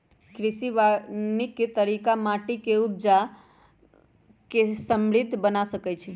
कृषि वानिकी तरिका माटि के उपजा के समृद्ध बना सकइछइ